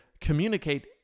communicate